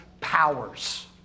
powers